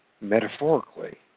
metaphorically